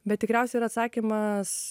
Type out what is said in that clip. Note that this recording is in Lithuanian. bet tikriausia yra atsakymas